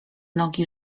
nogi